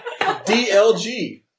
DLG